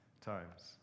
times